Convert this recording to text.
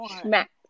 Smack